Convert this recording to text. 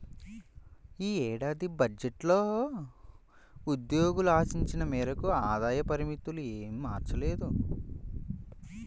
ఈ ఏడాది బడ్జెట్లో ఉద్యోగులు ఆశించిన మేరకు ఆదాయ పరిమితులు ఏమీ మార్చలేదు